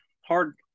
hard